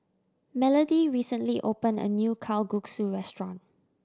Melody recently opened a new Kalguksu restaurant